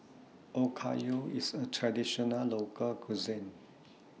Okayu IS A Traditional Local Cuisine